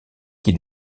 qui